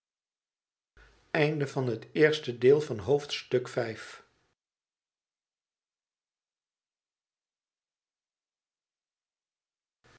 hoofdstuk van het eerste deel van het